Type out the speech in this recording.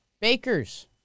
Bakers